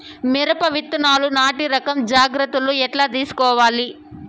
మిరప విత్తనాలు నాటి రకం జాగ్రత్తలు ఎట్లా తీసుకోవాలి?